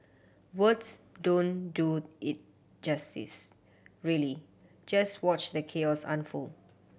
words don't do it justice really just watch the chaos unfold